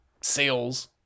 sales